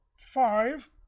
five